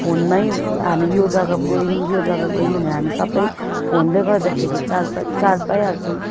फोनमै हामी यो जग्गा गयौँ यो जग्गा गयौँ भनेर हामी सबै फोनले गर्दाखेरि चाल पाइ चाल पाइहाल्छौँ